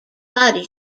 body